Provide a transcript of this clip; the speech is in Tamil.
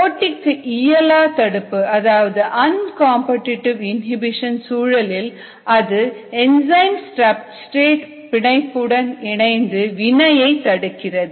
போட்டிக்கு இயலா தடுப்பு சூழலில் அது என்சைம் சப்ஸ்டிரேட் பிணைப்புடன் இணைந்து வினையை தடுக்கிறது